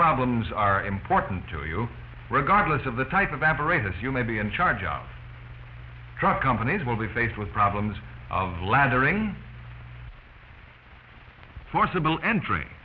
problems are important to you regardless of the type of aberrate as you may be in charge of drug companies will be faced with problems of lathering forcible entry